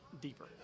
deeper